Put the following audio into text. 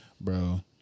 Bro